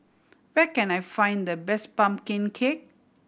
where can I find the best pumpkin cake